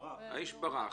האיש ברח.